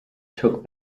took